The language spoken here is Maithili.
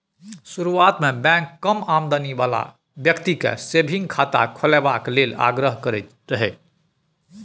शुरुआत मे बैंक कम आमदनी बला बेकती केँ सेबिंग खाता खोलबाबए लेल आग्रह करैत रहय